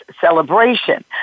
celebration